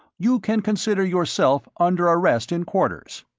you can consider yourself under arrest in quarters.